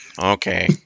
Okay